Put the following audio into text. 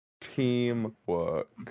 Teamwork